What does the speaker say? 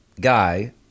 guy